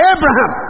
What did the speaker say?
Abraham